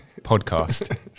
podcast